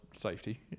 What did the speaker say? safety